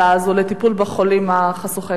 לטיפול בחולים חשוכי המרפא,